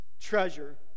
treasure